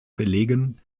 belegen